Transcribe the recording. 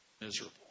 miserable